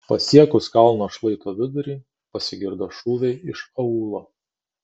pasiekus kalno šlaito vidurį pasigirdo šūviai iš aūlo